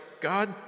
God